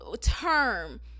term